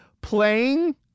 playing